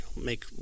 make